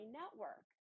network